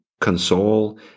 console